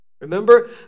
Remember